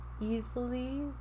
easily